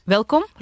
Welkom